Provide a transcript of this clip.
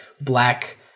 black